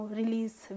release